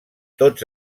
tots